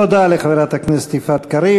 תודה לחברת הכנסת יפעת קריב.